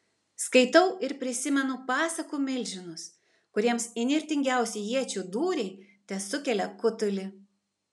skaitau ir prisimenu pasakų milžinus kuriems įnirtingiausi iečių dūriai tesukelia kutulį